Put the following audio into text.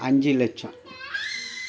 அஞ்சு லட்சம்